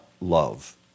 love